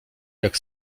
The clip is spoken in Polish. jak